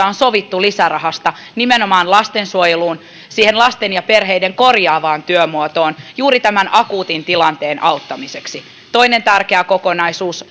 on sovittu lisärahasta nimenomaan lastensuojeluun siihen lasten ja perheiden korjaavaan työmuotoon juuri tämän akuutin tilanteen auttamiseksi toinen tärkeä kokonaisuus